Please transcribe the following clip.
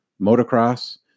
motocross